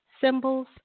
Symbols